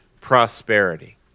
prosperity